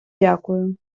дякую